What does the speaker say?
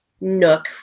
nook